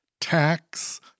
tax